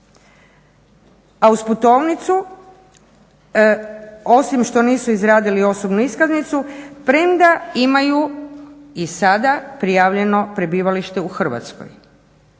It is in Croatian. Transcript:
A uz putovnicu osim što nisu izradili osobnu iskaznicu premda imaju i sada prijavljeno prebivalište u Hrvatskoj.